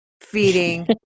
feeding